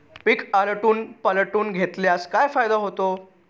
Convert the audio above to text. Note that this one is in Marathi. पीक आलटून पालटून घेतल्यास काय फायदा होतो?